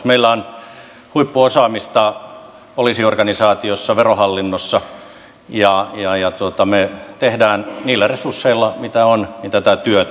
meillä on huippuosaamista poliisiorganisaatiossa verohallinnossa ja me teemme niillä resursseilla mitä on tätä työtä